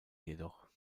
jedoch